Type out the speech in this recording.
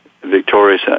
victorious